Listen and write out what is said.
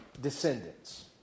descendants